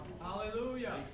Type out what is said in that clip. Hallelujah